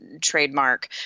trademark